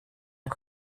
dig